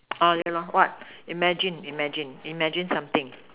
orh ya lor what imagine imagine imagine something